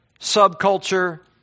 subculture